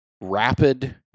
rapid